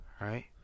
right